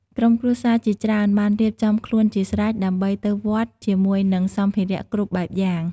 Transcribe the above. ក្រុមគ្រួសារជាច្រើនបានរៀបចំខ្លួនជាស្រេចដើម្បីទៅវត្តជាមួយនឹងសម្ភារគ្រប់បែបយ៉ាង។